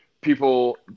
People –